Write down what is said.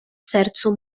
sercu